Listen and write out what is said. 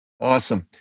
awesome